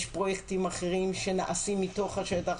יש פרויקטים אחרים שנעשים מתוך השטח,